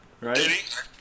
right